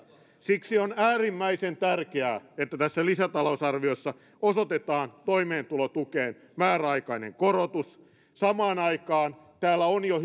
siksi on äärimmäisen tärkeää että tässä lisätalousarviossa osoitetaan toimeentulotukeen määräaikainen korotus samaan aikaan täällä on jo